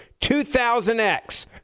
2000X